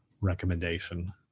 recommendation